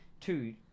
two